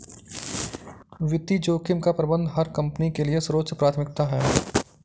वित्तीय जोखिम का प्रबंधन हर कंपनी के लिए सर्वोच्च प्राथमिकता है